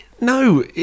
No